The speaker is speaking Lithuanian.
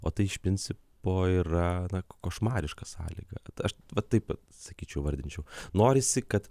o tai iš principo yra na košmariška sąlyga aš va taip sakyčiau įvardinčiau norisi kad